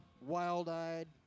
wild-eyed